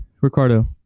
Ricardo